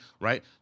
right